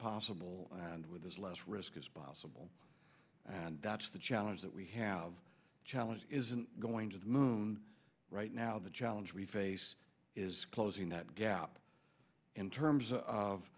possible and with this less risk is possible and that's the challenge that we have a challenge isn't going to the moon right now the challenge we face is closing that gap in terms of